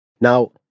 Now